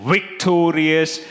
Victorious